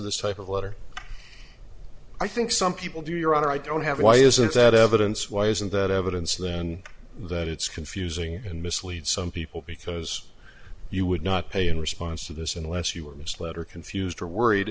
this type of letter i think some people do your honor i don't have why isn't that evidence why isn't that evidence then that it's confusing and mislead some people because you would not pay in response to this unless you were misled or confused or worried